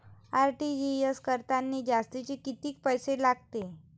RTGS करतांनी जास्तचे कितीक पैसे लागते?